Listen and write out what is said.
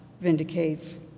vindicates